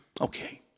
Okay